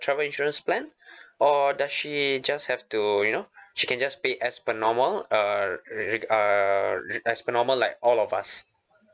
travel insurance plan or does she just have to you know she can just pay as per normal uh re~ err re~ as per normal like all of us